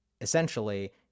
essentially